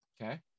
Okay